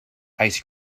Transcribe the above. ice